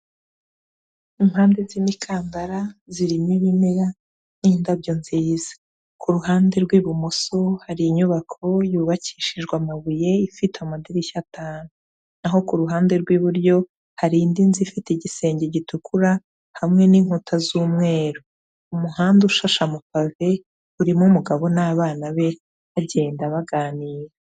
Impande z'imikandara, zirimo ibimera n'indabyo nziza. Ku ruhande rw'ibumoso, hari inyubako yubakishijwe amabuye, ifite amadirishya atanu. Naho ku ruhande rw'iburyo, hari indi nzu ifite igisenge gitukura, hamwe n'inkuta z'umweru. Umuhanda ushasha amapave urimo umugabo n'abana be bagenda baganira.